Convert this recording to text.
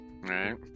right